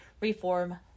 reform